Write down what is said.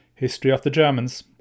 historyofthegermans